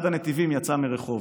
אחד הנתיבים, יצא מרחובות.